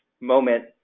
moment